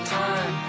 time